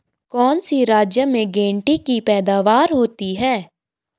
कौन से राज्य में गेंठी की पैदावार होती है?